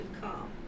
come